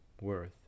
worth